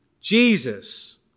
Jesus